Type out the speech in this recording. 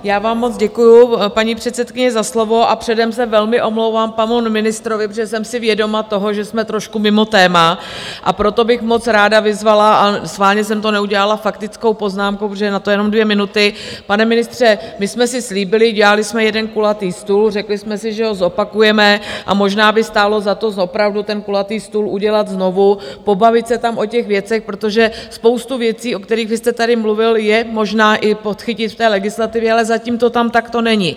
Já vám moc děkuji, paní předsedkyně, za slovo a předem se velmi omlouvám panu ministrovi, protože jsem si vědoma toho, že jsme trošku mimo téma, a proto bych moc ráda vyzvala a schválně jsem to neudělala faktickou poznámkou, protože na to jenom dvě minuty pane ministře, my jsme si slíbili, dělali jsme jeden kulatý stůl, řekli jsme si, že ho zopakujeme a možná by stálo za to opravdu ten kulatý stůl udělat znovu, pobavit se tam o těch věcech, protože spoustu věcí, o kterých vy jste tady mluvil, je možné i podchytit v té legislativě, ale zatím to tam takto není.